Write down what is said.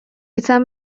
izan